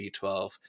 B12